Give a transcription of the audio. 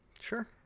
Sure